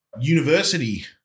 university